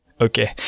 okay